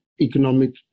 economic